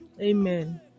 Amen